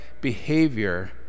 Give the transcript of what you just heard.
behavior